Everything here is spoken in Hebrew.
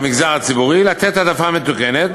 במגזר הציבורי יש לתת העדפה מתקנת.